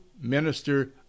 minister